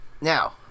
Now